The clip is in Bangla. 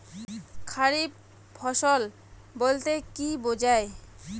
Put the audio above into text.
খারিফ ফসল বলতে কী বোঝায়?